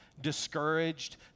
discouraged